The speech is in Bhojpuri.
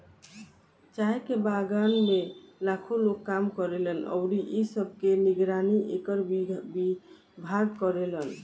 चाय के बगान में लाखो लोग काम करेलन अउरी इ सब के निगरानी एकर विभाग करेला